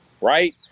right